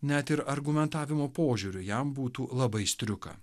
net ir argumentavimo požiūriu jam būtų labai striuka